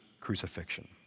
crucifixion